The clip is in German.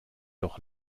doch